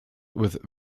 with